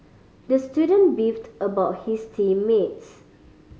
the student beefed about his team mates